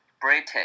british